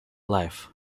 life